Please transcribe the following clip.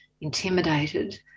intimidated